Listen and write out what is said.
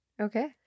okay